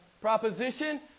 proposition